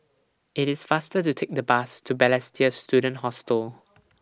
IT IS faster to Take The Bus to Balestier Student Hostel